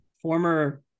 Former